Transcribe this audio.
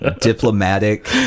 diplomatic